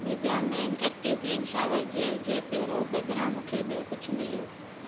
Nivea men active clean shower gel जे प्यूरो बदिरां मूंखे ॿियो कुझु मिलियो